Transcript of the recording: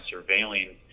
surveilling